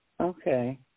Okay